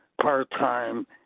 part-time